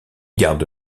garde